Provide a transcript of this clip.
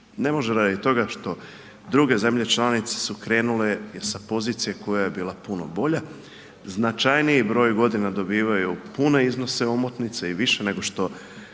Ne može radi toga što druge zemlje članice su krenule sa pozicije koja je bila puno bolja. Značajniji broj godina dobivaju pune iznosa omotnice i više nego što